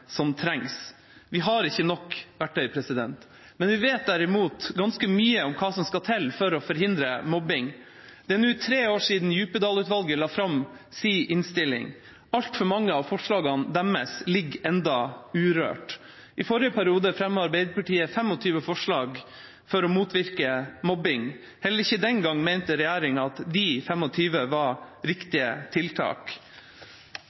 som trengs. Vi har ikke nok verktøy. Derimot vet vi ganske mye om hva som skal til for å forhindre mobbing. Det er nå tre år siden Djupedal-utvalget la fram sin innstilling. Altfor mange av forslagene deres ligger ennå urørt. I forrige periode fremmet Arbeiderpartiet 25 forslag for å motvirke mobbing. Heller ikke den gang mente regjeringa at de 25 var